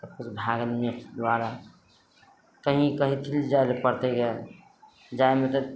सब किछु भए गेल नेट द्वारा कहीँ कहीँ जाइ लए पड़तै गऽ जाइ मे तऽ